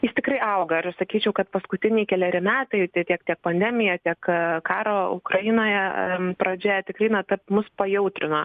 jis tikrai auga ir sakyčiau kad paskutiniai keleri metai tai tiek tiek pandemija tiek karo ukrainoje pradžia tikrai na tad mus pajautrino